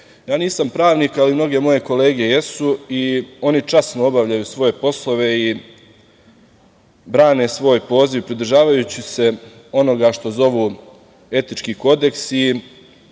nisam pravnik, ali mnoge moje kolege jesu i oni časno obavljaju svoje poslove i brane svoj poziv, pridržavajući se onoga što zovu etički kodeks.